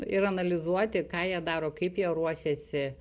ir analizuoti ką jie daro kaip jie ruošiasi